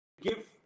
give